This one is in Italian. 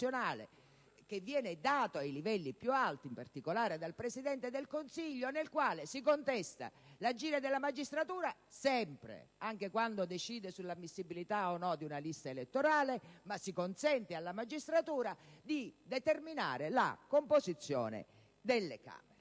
che viene definito ai livelli più alti - e, in particolare, dal Presidente del Consiglio - nel quale si contesta sempre l'agire della magistratura, anche quando decide sull'ammissibilità di una lista elettorale; poi, però, si consente alla magistratura di determinare la composizione delle Camere.